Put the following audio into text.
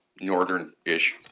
northern-ish